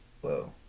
Whoa